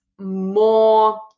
more